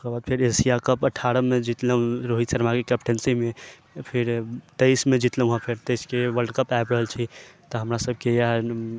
ओकर बाद फेर एशिया कप अठारहमे जीतलहुँ रोहित शर्माके कैप्टनशिपमे फिर तेइसमे जीतलहुँ हँ फेर तेइसके वर्ल्ड कप आबि रहल छै तऽ हमरा सबके इएह